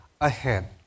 ahead